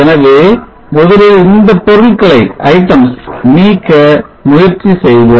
எனவே முதலில் இந்த பொருட்களை நீக்க முயற்சி செய்வோம்